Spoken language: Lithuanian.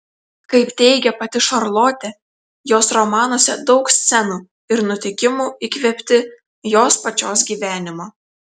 kaip teigė pati šarlotė jos romanuose daug scenų ir nutikimų įkvėpti jos pačios gyvenimo